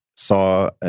saw